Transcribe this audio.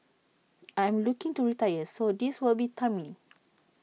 I am looking to retire so this will be timely